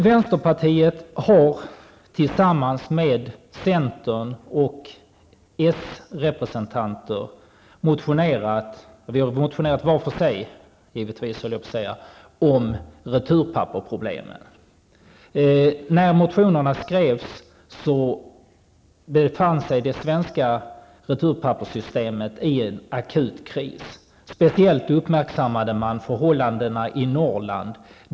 Vänsterpartiet har liksom centern och srepresentanter motionerat -- givetvis varje parti för sig -- om returpappersproblemen. När motionerna skrevs, befann sig det svenska returpapperssystemet i akut kris. Speciellt uppmärksammades förhållandena i Norrland.